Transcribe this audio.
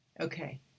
Okay